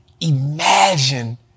Imagine